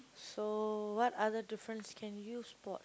so what other difference can you spot